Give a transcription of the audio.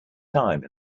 time